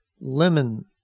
Lemon